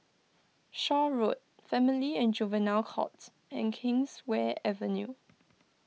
Shaw Road Family and Juvenile Courts and Kingswear Avenue